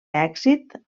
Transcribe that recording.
èxit